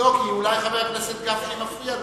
כי אולי חבר הכנסת גפני מפריע לו,